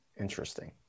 interesting